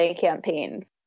campaigns